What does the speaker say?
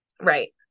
Right